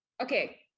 Okay